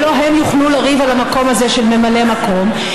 שלא הם יוכלו לריב על המקום הזה של ממלא מקום,